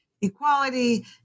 equality